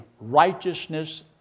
righteousness